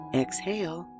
exhale